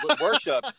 worship